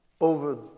over